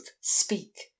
speak